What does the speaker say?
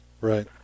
Right